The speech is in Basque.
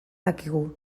dakigu